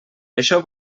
això